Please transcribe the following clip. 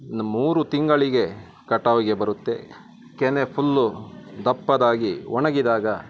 ಒಂದು ಮೂರು ತಿಂಗಳಿಗೆ ಕಟಾವಿಗೆ ಬರುತ್ತೆ ಕೆನೆ ಫುಲ್ಲು ದಪ್ಪದಾಗಿ ಒಣಗಿದಾಗ